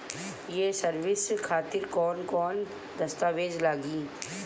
ये सर्विस खातिर कौन कौन दस्तावेज लगी?